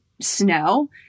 snow